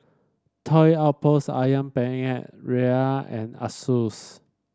Toy Outpost ayam Penyet Ria and Asus